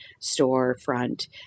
storefront